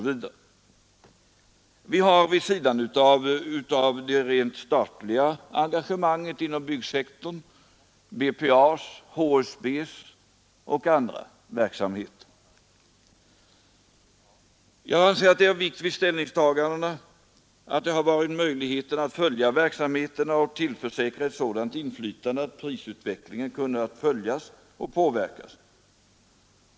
Vi har också vid sidan av det rent statliga engagemanget inom byggsektorn BPA:s, HSB:s och andra verksamheter. Jag anser att det är av vikt vid ställningstagandena att beakta att det har varit möjligt att följa verksamheterna och vara säker på ett sådant inflytande att prisutvecklingen kunnat följas och påverkas.